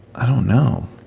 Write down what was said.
i don't know